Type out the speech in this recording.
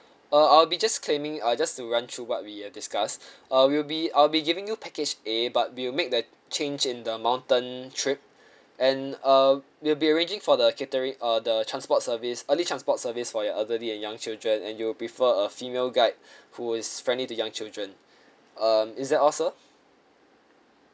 uh I'll be just claiming uh just to run through what we have discussed uh we will be I'll be giving you package A but we'll make that change in the mountain trip and uh we'll be arranging for the cateri~ uh the transport service early transport service for your elderly and young children and you'll prefer a female guide who is friendly to young children um is that all sir